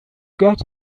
get